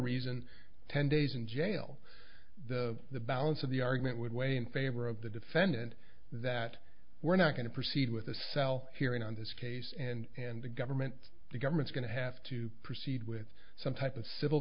reason ten days in jail the the balance of the argument would weigh in favor of the defendant that we're not going to proceed with a cell hearing on this case and and the government the government's going to have to proceed with some type of civil